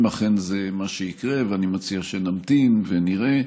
אם אכן זה מה שיקרה, ואני מציע שנמתין ונראה,